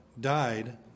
died